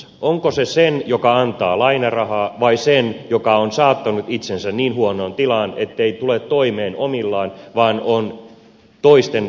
onko se sen joka antaa lainarahaa vai sen joka on saattanut itsensä niin huonoon tilaan ettei tule toimeen omillaan vaan on toisten rahoituksen armoilla